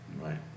Right